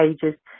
pages